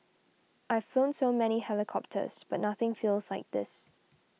I've flown so many helicopters but nothing feels like this